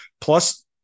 Plus